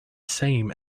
same